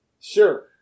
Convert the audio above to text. Sure